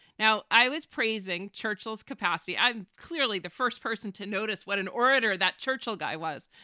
now, i was praising churchill's capacity. i'm clearly the first person to notice what an orator that churchill guy was.